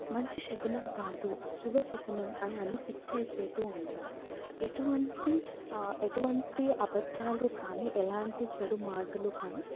మంచి శకునం కాదు శుభ శకునం అని అని ఫిక్స్ అయిపోతూ ఉంటారు ఎటువంటి ఎటువంటి అబద్ధాలు కానీ ఎలాంటి చెడు మాటలు కానీ